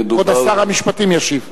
כבוד שר המשפטים ישיב.